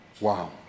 Wow